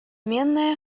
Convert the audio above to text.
неизменная